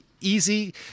easy